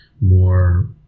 more